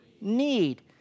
Need